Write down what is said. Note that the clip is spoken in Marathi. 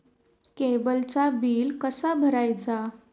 केबलचा बिल कसा भरायचा?